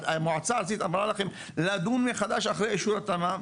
המועצה הארצית אמרה לכם לדון מחדש אחרי אישור התמ"מ,